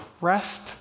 Rest